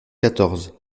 quatorze